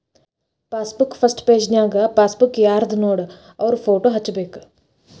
passbook first ಪೆಜನ್ಯಾಗ passbook ಯಾರ್ದನೋಡ ಅವ್ರ ಫೋಟೋ ಹಚ್ಬೇಕ್